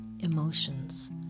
emotions